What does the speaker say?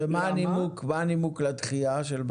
מה הנימוק לדחייה?